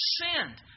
sinned